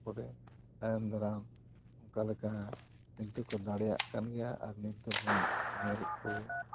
ᱛᱟᱨᱯᱚᱨᱮ ᱛᱟᱭᱚᱢ ᱫᱟᱨᱟᱢ ᱚᱱᱠᱟ ᱞᱮᱠᱟ ᱱᱤᱛ ᱫᱚᱠᱚ ᱫᱟᱲᱮᱭᱟᱜ ᱠᱟᱱ ᱜᱮᱭᱟ ᱟᱨ ᱱᱤᱛ ᱫᱚᱵᱚᱱ ᱧᱮᱞᱮᱛ ᱠᱚᱜᱮᱭᱟ